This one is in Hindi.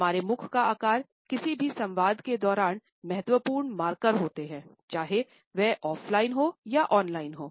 हमारे मुख का आकार किसी भी संवाद के दौरान महत्वपूर्ण मार्कर होते हैं चाहे वह ऑफ़लाइन हो या ऑनलाइन हो